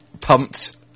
Pumped